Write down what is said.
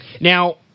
Now